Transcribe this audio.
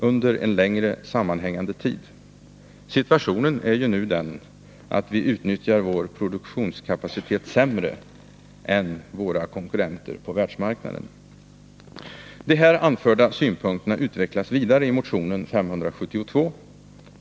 under en längre sammanhängande tid. Situationen är ju nu den att vi utnyttjar vår produktionskapacitet sämre än våra konkurrenter på världsmarknaden. De här anförda synpunkterna utvecklas vidare i motionen 572.